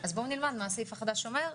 אז בואו נלמד מה הסעיף החדש אומר.